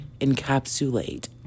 encapsulate